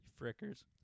frickers